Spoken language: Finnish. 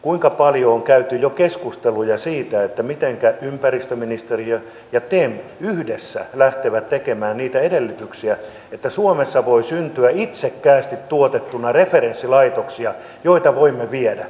kuinka paljon on käyty jo keskusteluja siitä mitenkä ympäristöministeriö ja tem yhdessä lähtevät tekemään niitä edellytyksiä että suomessa voi syntyä itsekkäästi tuotettuina referenssilaitoksia joita voimme viedä